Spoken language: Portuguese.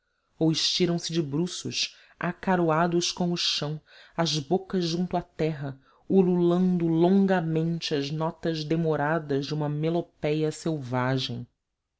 ou estiram se de bruços acaroados com o chão as bocas junto à terra ululando longamente as notas demoradas de uma melopéia selvagem